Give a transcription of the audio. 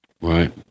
Right